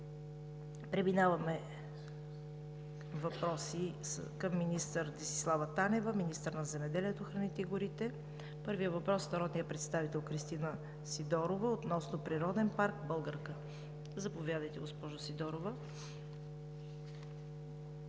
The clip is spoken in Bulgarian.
Преминаваме към въпросите към Десислава Танева – министър на земеделието, храните и горите. Първият въпрос е от народния представител Кристина Сидорова, относно Природен парк „Българка“. Заповядайте, госпожо Сидорова.